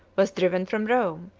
was driven from rome,